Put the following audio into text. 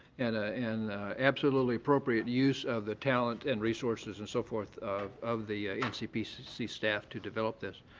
and ah and absolutely appropriate use of the talent and resources and so forth of of the ncpc staff to develop this.